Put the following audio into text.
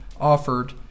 offered